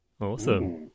Awesome